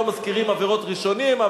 לא מזכירים עבירות ראשונים,